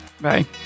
Bye